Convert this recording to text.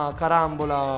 carambola